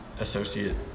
associate